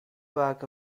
back